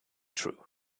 true